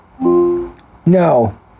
No